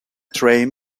train